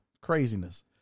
Craziness